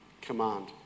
command